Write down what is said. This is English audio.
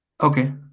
Okay